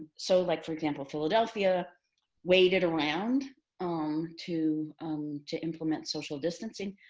so like for example, philadelphia waited around um to to implement social distancing,